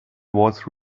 was